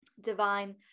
divine